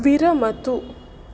विरमतु